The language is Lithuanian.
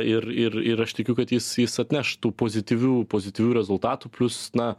ir ir ir aš tikiu kad jis jis atneš tų pozityvių pozityvių rezultatų plius na